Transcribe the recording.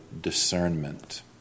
discernment